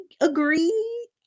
agree